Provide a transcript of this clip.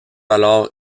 alors